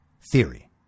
theory